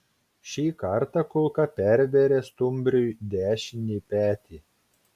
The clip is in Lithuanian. šį kartą kulka pervėrė stumbriui dešinį petį